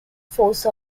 force